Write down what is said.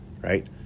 right